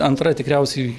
antra tikriausiai